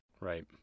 Right